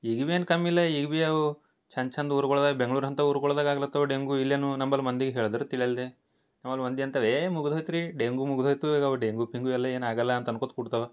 ಈಗ ಇವೇನು ಕಮ್ಮಿ ಇಲ್ಲ ಈಗ ಬೀ ಅವು ಚಂದ ಚಂದ ಊರ್ಗೊಳ್ದಾಗ ಬೆಂಗ್ಳೂರ್ನಂತ ಊರ್ಗೊಳ್ದಾಗ ಆಗ್ಲತ್ತವು ಡೆಂಗೂ ಇಲ್ಲೇನೂ ನಂಬಲ್ ಮಂದಿ ಹೇಳ್ದರು ತಿಳಿಯಲ್ದೆ ಆಮೇಲೆ ಮಂದಿ ಅಂಥವೇ ಏ ಮುಗದು ಹೋಯ್ತ ರೀ ಡೆಂಗೂ ಮುಗದ ಹೋಯಿತು ಈಗ ಡೆಂಗೂ ಪಿಂಗು ಎಲ್ಲ ಏನು ಆಗಲ್ಲ ಅಂಟ್ ಅನ್ಕೋತ ಕೂಡ್ತಾವೆ